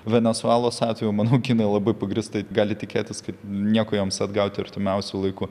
venesuelos atveju manau kinai labai pagrįstai gali tikėtis kad nieko joms atgauti artimiausiu laiku